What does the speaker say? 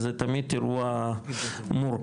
זה תמיד אירוע מורכב,